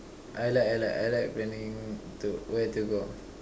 I like I like I like planning to where to go